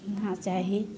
रहना चाही